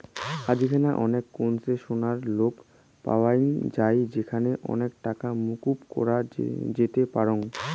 আজিকেনা অনেক concessional loan পাওয়াঙ যাই যেখানে অনেকটা টাকাই মকুব করা যেতে পারাং